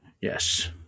Yes